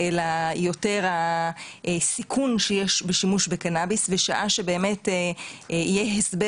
אלא יותר הסיכון שיש בשימוש בקנאביס בשעה שבאמת יהיה הסבר